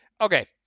okay